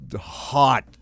hot